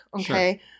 okay